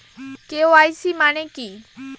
KYC মানে কি?